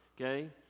Okay